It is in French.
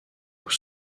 aux